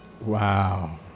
Wow